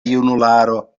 junularo